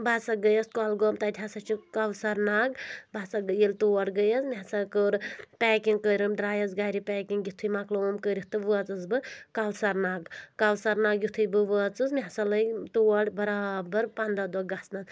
بہٕ ہَسا گٔیس کۄلگوم تَتہِ ہَسا چھُ کونسر ناگ بہٕ ہَسا ییٚلہِ تور گٔیس مےٚ ہَسا کوٚر پیکِنگ کٔرٕم درٛایس گَرِ پیٚکِنگ یِتھُے مۄکلوٕم کٔرِتھ تہٕ وٲژٕس بہٕ کونسر ناگ کونسر ناگ یِتھُے بہٕ وٲژٕس مےٚ ہَسا لٔگۍ تور بَرابر پنٛدہ دۄہ گَژھنَس